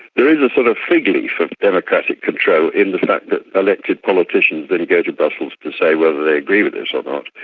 there is a sort of fig leaf of democratic control in the fact that elected politicians then go to brussels to say whether they agree with it or not,